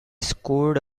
scored